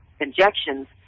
injections